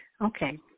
Okay